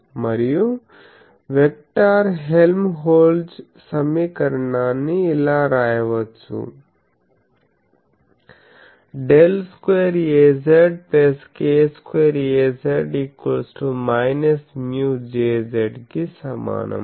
మరియు vector Helmholtz సమీకరణాన్ని ఇలా రాయవచ్చు ∇2 Az k 2 Az μ jz కి సమానము